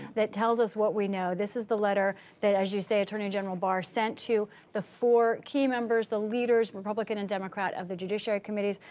that tells us what we know. this is the letter, as you say, attorney general barr sent to the four key members, the leaders, republican and democrat of the judiciary committee,